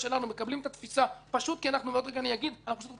מקבלים את התפישה אנחנו פשוט רוצים לבנות.